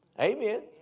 Amen